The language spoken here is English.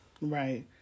Right